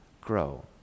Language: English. grow